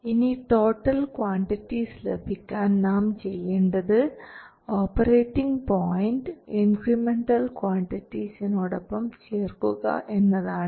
ഇനി total quantities ലഭിക്കാൻ നാം ചെയ്യേണ്ടത് ഓപ്പറേറ്റിങ് പോയിൻറ് ഇൻക്രിമെൻറൽ ക്വാണ്ടിറ്റിസിനോടൊപ്പം ചേർക്കുക എന്നതാണ്